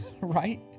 right